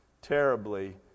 terribly